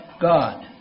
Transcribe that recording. God